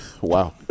wow